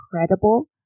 incredible